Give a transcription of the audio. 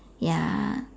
ya